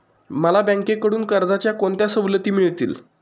मला बँकेकडून कर्जाच्या कोणत्या सवलती मिळतील?